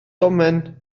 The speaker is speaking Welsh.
domen